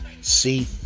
See